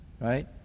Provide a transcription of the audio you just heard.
right